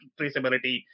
traceability